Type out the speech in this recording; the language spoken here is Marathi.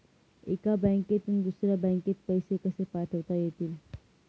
एका बँकेतून दुसऱ्या बँकेत पैसे कसे पाठवता येतील?